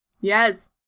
Yes